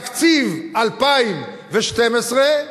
תקציב 2012,